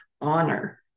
honor